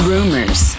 Rumors